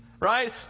Right